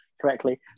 correctly